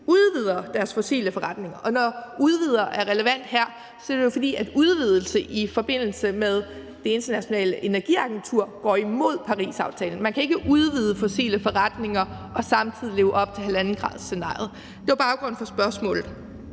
udvider – deres fossile forretninger? Når ordet udvider er relevant her, er det jo, fordi udvidelse i forbindelse med Det Internationale Energiagentur går imod Parisaftalen. Man kan ikke udvide fossile forretninger og samtidig leve op til 1,5-gradersscenariet. Det var baggrunden for spørgsmålet.